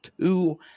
two